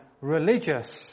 religious